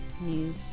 new